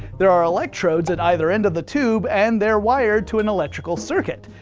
there are electrodes at either end of the tube, and they're wired to an electrical circuit.